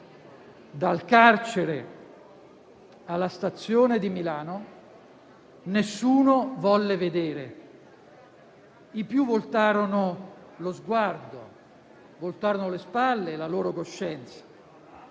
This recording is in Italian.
dal carcere alla stazione di Milano nessuno volle vedere; i più voltarono lo sguardo, voltarono le spalle e la loro coscienza.